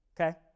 Okay